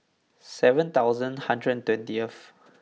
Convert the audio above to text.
seven thousand hundred and twentieth